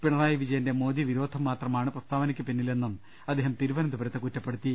പിണറായി വിജയന്റെ മോദി വിരോധം മാത്രമാണ് പ്രസ്താവനയ്ക്കു പിന്നിലെന്നും അദ്ദേഹം തിരുവനന്തപുരത്ത് പറഞ്ഞു